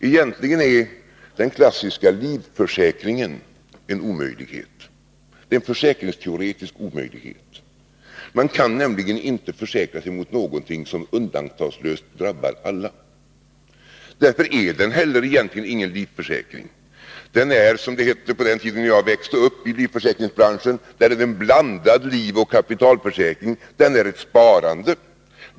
Egentligen är den klassiska livförsäkringen en försäkringsteoretisk omöjlighet. Man kan nämligen inte försäkra sig mot någonting som undantagslöst drabbar alla. Därför är den egentligen inte heller någon livförsäkring. Den är, som det hette på den tiden jag växte upp i livförsäkringsbranschen, en blandad livoch kapitalförsäkring. Den är ett sparande.